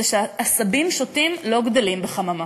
זה שעשבים שוטים לא גדלים בחממה.